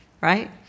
right